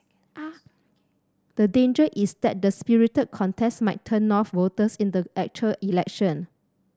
the danger is that the spirited contest might turn off voters in the actual election